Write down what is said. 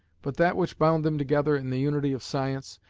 but that which bound them together in the unity of science,